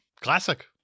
Classic